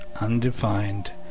undefined